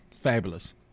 fabulous